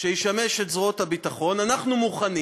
שישמש את זרועות הביטחון אנחנו מוכנים